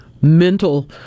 mental